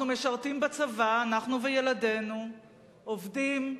אנחנו משרתים בצבא, אנחנו וילדינו, עובדים,